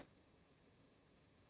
La seduta è tolta